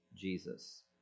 Jesus